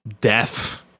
Death